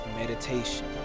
meditation